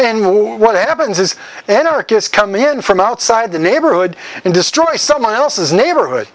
move what happens is anarchists come in from outside the neighborhood and destroy someone else's neighborhood